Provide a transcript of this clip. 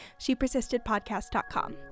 ShePersistedPodcast.com